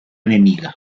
enemiga